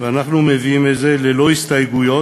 אנחנו מביאים את זה ללא הסתייגויות.